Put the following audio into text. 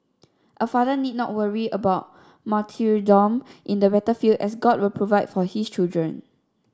a father need not worry about martyrdom in the battlefield as God will provide for his children